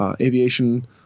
Aviation